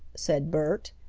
said bert.